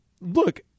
look